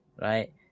right